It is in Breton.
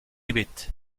ebet